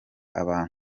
aba